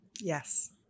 Yes